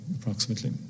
approximately